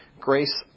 grace